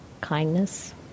kindness